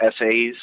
essays